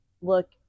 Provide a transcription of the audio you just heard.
look